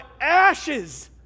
ashes